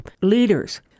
leaders